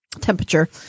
temperature